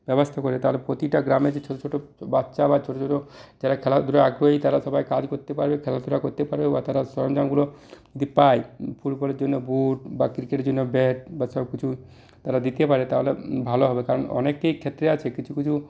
ব্যবস্থা করে তাহলে প্রতিটা গ্রামে যে ছোটো ছোটো বাচ্চা বা ছোটো ছোটো যারা খেলাধূলায় আগ্রহী তারা সবাই কাজ করতে পারে খেলাধুলা করতে পারে বা তারা সরঞ্জামগুলো যদি পায় ফুটবলের জন্য বুট বা ক্রিকেটের জন্য ব্যাট বা সবকিছু তারা দিতে পারে তাহলে ভালো হবে কারণ অনেকেই ক্ষেত্রে আছে কিছু কিছু